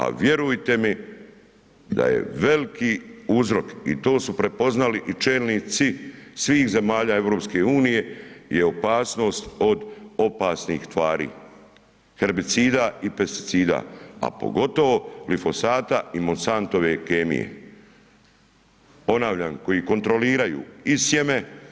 A vjerujte mi da je veliki uzrok i to su prepoznali čelnici svih zemalja EU je opasnost od opasnih tvari herbicida i pesticida, a pogotovo glifosata i Monsantove kemije, ponavljam koji kontroliraju i sjeme.